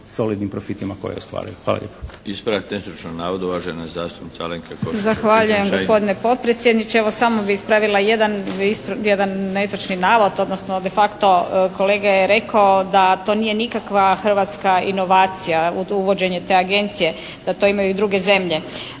Alenka Košiša Čičin-Šain. **Košiša Čičin-Šain, Alenka (HNS)** Zahvaljujem gospodine potpredsjedniče. Evo, samo bih ispravila jedan netočni navod, odnosno de facto kolega je rekao da to nije nikakva hrvatska inovacija uvođenje te agencije, da to imaju i druge zemlje.